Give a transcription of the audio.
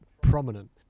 prominent